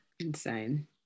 Insane